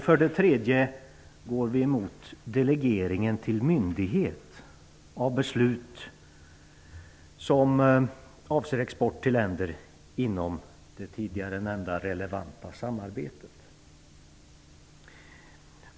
För det tredje går vi emot delegeringen till myndighet av beslut som avser export till länder inom det tidigare nämnda relevanta samarbetet.